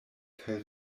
kaj